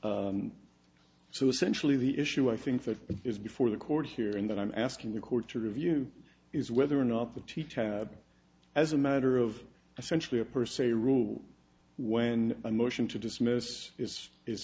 essentially the issue i think that is before the court hearing that i'm asking the court to review is whether or not the teacher as a matter of essentially a per se rule when a motion to dismiss is is